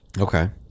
Okay